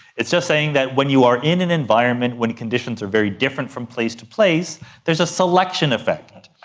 it's just saying that when you are in an environment when conditions are very different from place to place, there's a selection effect.